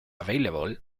available